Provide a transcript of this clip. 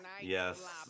Yes